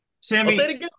Sammy